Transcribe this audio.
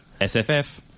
SFF